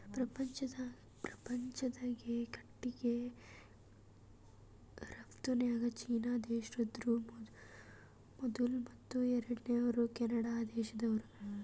ಪ್ರಪಂಚ್ದಾಗೆ ಕಟ್ಟಿಗಿ ರಫ್ತುನ್ಯಾಗ್ ಚೀನಾ ದೇಶ್ದವ್ರು ಮೊದುಲ್ ಮತ್ತ್ ಎರಡನೇವ್ರು ಕೆನಡಾ ದೇಶ್ದವ್ರು